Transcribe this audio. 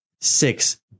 Six